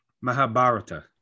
Mahabharata